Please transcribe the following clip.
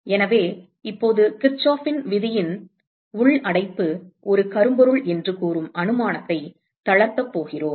எனவே இப்போது கிர்ச்சோஃப் விதியின் உள் அடைப்பு ஒரு கரும்பொருள் என்று கூறும் அனுமானத்தை தளர்த்தப் போகிறோம்